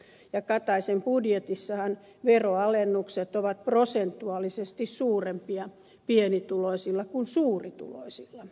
ja ministeri kataisen budjetissa veronalennukset ovat prosentuaalisesti suurempia pienituloisilla kuin suurituloisilla